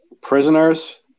Prisoners